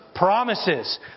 Promises